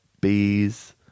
Bees